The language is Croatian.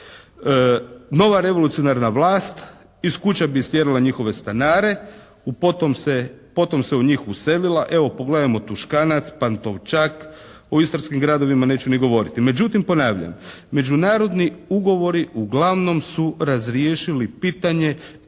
Nova revolucionarna vlast iz kuće bi istjerala njihove stanare, potom se u njih uselila. Evo, pogledajmo Tuškanac, Pantovčak, o istarskim gradovima neću ni govoriti. Međutim, ponavljam. Međunarodni ugovori uglavnom su razriješili pitanje